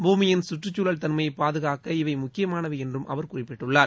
பூமியின் சுற்றுச்துழல் தன்மையைப் பாதுகாக்க இவை முக்கியமானவை என்று அவர் குறிப்பிட்டுள்ளார்